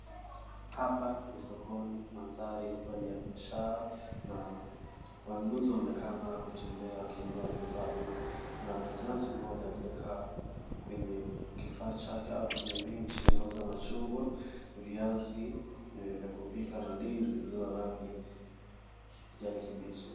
Hapa ni sokoni mandhari yakiwa ni ya biashara na wanunuzi wanaonekana kutembea wakinunua vifaa na kuna muuzaji mmoja aliyekaa kwenye kifaa chake au kwenye benchi anauza machungwa, viazi vya kupika na ndizi zilizo za rangi ya kijani kibichi.